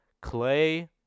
Clay